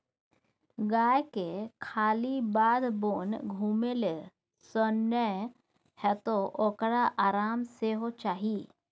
गायके खाली बाध बोन घुमेले सँ नै हेतौ ओकरा आराम सेहो चाही